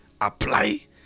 apply